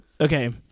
okay